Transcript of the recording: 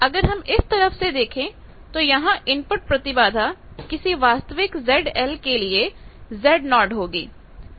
अगर हम इस तरफ से देखें तो यहां इनपुट प्रतिबाधा किसी वास्तविक ZL के लिए Zo होगी